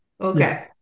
Okay